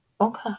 Okay